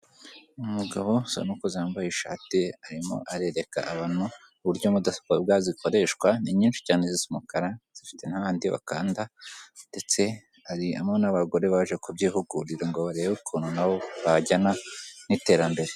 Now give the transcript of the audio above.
Umugabo usa n'ukuze wambaye ishati arimo arereka abantu uburyo mudasobwa zikoreshwa, ni nyinshi cyane z'umukara, zifite n'ahandi bakanda, ndetse hari n'abagore baje kubyihugurira ngo barebe ukuntu na bo bajyana n'iterambere.